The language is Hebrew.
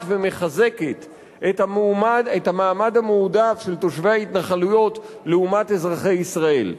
ומחזקת את המעמד המועדף של תושבי ההתנחלויות לעומת אזרחי ישראל,